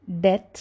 death